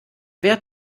wer